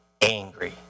angry